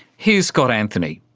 here's scott anthony,